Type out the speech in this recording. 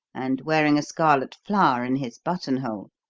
and wearing a scarlet flower in his buttonhole,